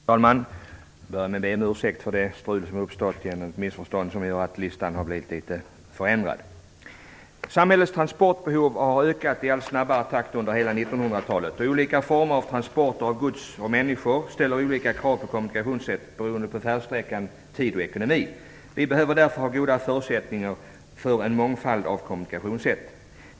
Herr talman! Jag vill börja med att be om ursäkt för det strul som har uppstått genom ett missförstånd, vilket gör att talarlistan blivit litet förändrad. Samhällets transportbehov har ökat i allt snabbare takt under hela 1900-talet. Olika former av transporter av gods och människor ställer olika krav på kommunikationssättet beroende på färdsträcka, tid och ekonomi. Vi behöver därför goda förutsättningar för en mångfald av kommunikationssätt.